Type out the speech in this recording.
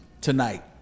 tonight